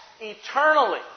eternally